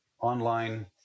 online